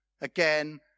Again